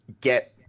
get